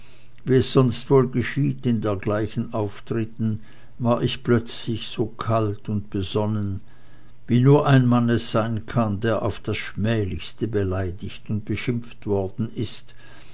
wie es sonst wohl geschieht in dergleichen auftritten war ich plötzlich so kalt und besonnen wie nur ein mann es sein kann der auf das schmählichste beleidigt und beschimpft worden ist